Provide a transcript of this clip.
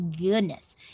goodness